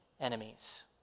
enemies